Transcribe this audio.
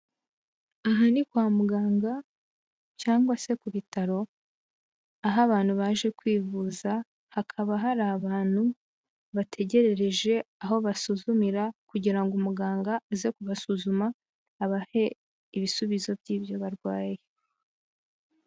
Aha ni kwa muganga cyangwa se ku bitaro, aho abantu baje kwivuza, hakaba hari abantu bategerereje aho basuzumira kugira ngo umuganga aze kubasuzuma, abahe ibisubizo by'ibyo barwaye.